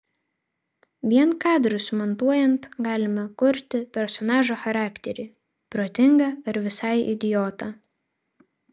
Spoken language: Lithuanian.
vien kadrus sumontuojant galima kurti personažo charakterį protingą ar visai idiotą